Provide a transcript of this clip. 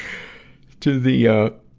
to the, ah,